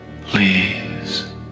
please